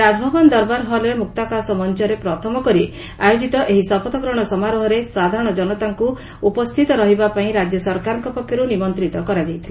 ରାଜଭବନ ଦରବାର ହଲ୍ରେ ମ୍ରକ୍ତାକାଶ ମଞ୍ଚରେ ପ୍ରଥମ କରି ଆୟୋଜିତ ଏହି ଶପଥ ଗ୍ରହଣ ସମାରୋହରେ ସାଧାରଣ ଜନତାଙ୍କୁ ଉପସ୍ଥିତ ରହିବାପାଇଁ ରାଜ୍ୟ ସରକାରଙ୍କ ପକ୍ଷର୍ତ୍ର ନିମନ୍ତ୍ରିତ କରାଯାଇଥିଲା